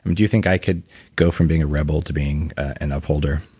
do you think i could go from being a rebel to being an upholder,